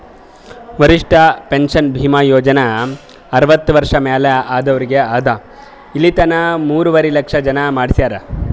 ವರಿಷ್ಠ ಪೆನ್ಷನ್ ಭೀಮಾ ಯೋಜನಾ ಅರ್ವತ್ತ ವರ್ಷ ಮ್ಯಾಲ ಆದವ್ರಿಗ್ ಅದಾ ಇಲಿತನ ಮೂರುವರಿ ಲಕ್ಷ ಜನ ಮಾಡಿಸ್ಯಾರ್